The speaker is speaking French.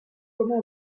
comment